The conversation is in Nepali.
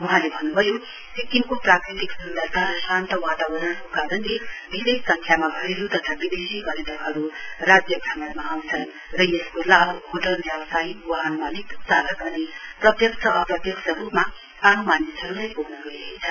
वहाँले भन्नुभयो सिक्किम प्राकृतिक सुन्दरता र शान्त वातावरणको कारणले देरै संख्यामा घरेल् तथा विदेशी पर्यटकहरू राज्य भ्रमणमा आउँछन् र यसको लाभ होटल व्यावसायी वाहन मालिक चालक अनि प्रत्यक्ष अप्रत्यक्ष रूपमा आम मानिसहरूलाई पुग्न गइरहेछ